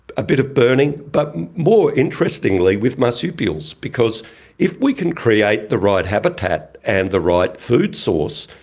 a bit of burning, but more interestingly with marsupials, because if we can create the right habitat and the right food source,